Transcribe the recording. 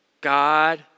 God